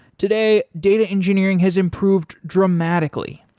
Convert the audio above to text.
today, data engineering has improved dramatically.